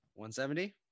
170